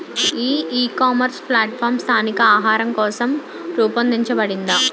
ఈ ecommerce platform స్థానిక ఆహారం కోసం రూపొందించబడిందా?